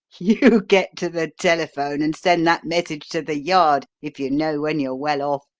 you get to the telephone and send that message to the yard, if you know when you're well off,